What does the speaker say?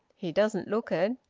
he doesn't look it.